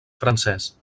francès